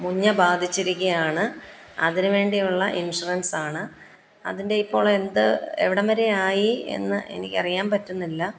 മുഞ്ഞ ബാധിച്ചിരിക്കുകയാണ് അതിനുവേണ്ടിയുള്ള ഇൻഷുറൻസ് ആണ് അതിൻ്റെ ഇപ്പോൾ എ എവിടം വരെ ആയി എന്ന് എനിക്ക് അറിയാൻ പറ്റുന്നില്ല